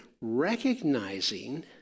recognizing